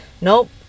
Nope